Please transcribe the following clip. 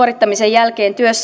ja